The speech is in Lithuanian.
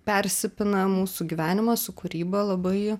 persipina mūsų gyvenimas su kūryba labai